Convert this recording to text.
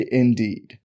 indeed